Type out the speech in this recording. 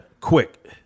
Quick